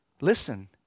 Listen